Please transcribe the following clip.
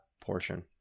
portion